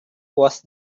was